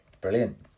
Brilliant